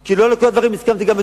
כי לא לכל הדברים הסכמתי,